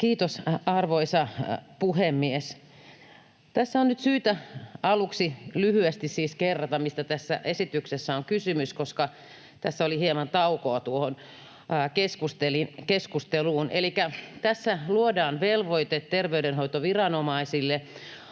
Kiitos, arvoisa puhemies! Tässä on nyt syytä aluksi lyhyesti siis kerrata, mistä tässä esityksessä on kysymys, koska tässä oli hieman taukoa tuohon keskusteluun. Elikkä tässä luodaan velvoite terveydenhoitoviranomaisille